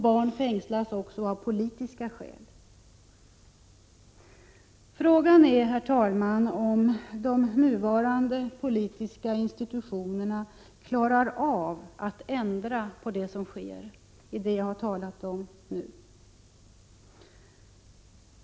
Barn fängslas också av politiska skäl. Frågan är, herr talman, om de nuvarande politiska institutionerna klarar av att ändra det som sker och som jag nu har talat om.